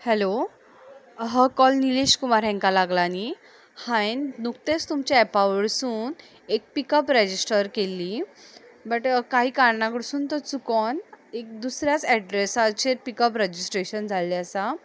hello हो call Nilesh Kumar हांकां लागला न्ही हांवें नुकतेंच तुमचें एपा वरसून एक पिकअप रजिस्ट्रर केल्ली बट काही कारणा कडसून तो चुकून एक दुसऱ्याच एड्रेसाचेर पिकअप रजिस्ट्रेशन जाल्लें आसा